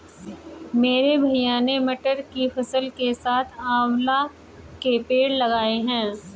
मेरे भैया ने मटर की फसल के साथ आंवला के पेड़ लगाए हैं